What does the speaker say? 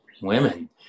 women